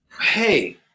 Hey